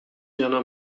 cana